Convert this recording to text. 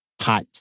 hot